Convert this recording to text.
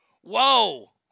Whoa